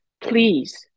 Please